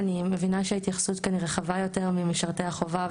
אני מבינה שההתייחסות כאן רחבה יותר ממשרתי החובה,